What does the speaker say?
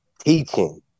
teaching